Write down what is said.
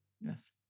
Yes